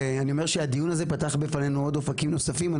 אני אומר שהדיון הזה פתח בפנינו עוד אופקים נוספים.